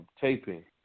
taping